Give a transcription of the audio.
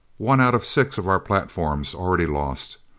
one out of six of our platforms already lost!